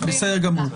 בסדר גמור.